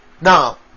Now